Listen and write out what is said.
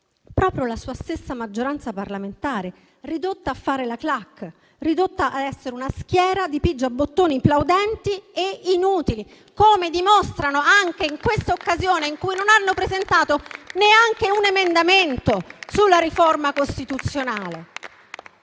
proprio la sua stessa maggioranza parlamentare, ridotta a fare la *claque*, ad essere una schiera di pigia bottoni plaudenti e inutili, come dimostrano anche in questa occasione in cui non hanno presentato neanche un emendamento sulla riforma costituzionale.